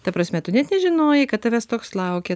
ta prasme tu net nežinojai kad tavęs toks laukia